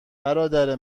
برادر